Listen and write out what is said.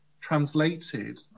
translated